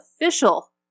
official